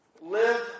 Live